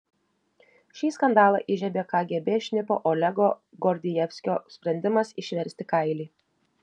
šį skandalą įžiebė kgb šnipo olego gordijevskio sprendimas išversti kailį